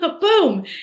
boom